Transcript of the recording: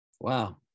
Wow